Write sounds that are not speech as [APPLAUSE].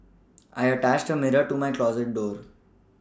[NOISE] I attached the mirror to my closet door